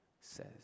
says